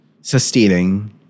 sustaining